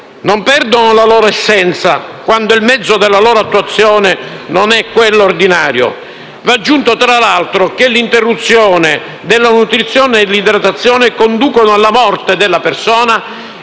Non perdono la loro essenza quando il mezzo della loro attuazione non è quello ordinario. Va aggiunto, tra l'altro, che l'interruzione della nutrizione e dell'idratazione conducono alla morte della persona,